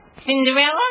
Cinderella